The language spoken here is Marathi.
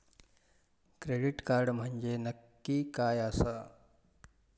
क्रेडिट कार्ड म्हंजे नक्की काय आसा?